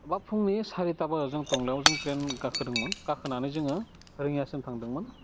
बा फुंनि सारिथा बाजियाव जों टंलायाव जों ट्रेन गाखोदोंमोन गाखोनानै जोङो रङियासिम थांदोंमोन